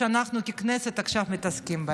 שאנחנו ככנסת עכשיו מתעסקים בהם.